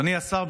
אדוני השר,